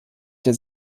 der